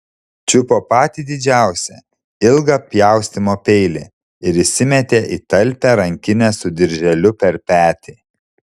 čiupo patį didžiausią ilgą pjaustymo peilį ir įsimetė į talpią rankinę su dirželiu per petį